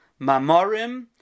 Mamorim